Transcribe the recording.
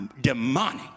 demonic